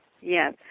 yes